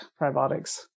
probiotics